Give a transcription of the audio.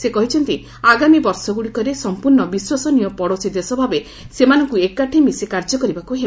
ସେ କହିଛନ୍ତି ଆଗାମୀ ବର୍ଷଗୁଡ଼ିକରେ ସମ୍ପର୍ଶ୍ଣ ବିଶ୍ୱସନୀୟ ପଡ଼ୋଶୀ ଦେଶ ଭାବେ ସେମାନଙ୍କୁ ଏକାଠି ମିଶି କାର୍ଯ୍ୟ କରିବାକୁ ହେବ